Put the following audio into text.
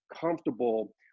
comfortable